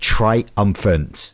Triumphant